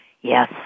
Yes